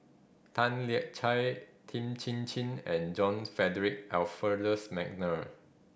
Tan Lian Chye Tan Chin Chin and John Frederick Adolphus McNair